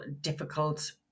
difficult